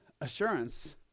assurance